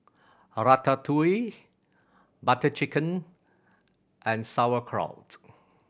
Ratatouille Butter Chicken and Sauerkraut